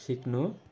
सिक्नु